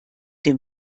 dem